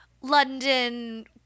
London